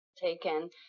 Taken